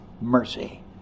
mercy